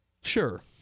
Sure